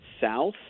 south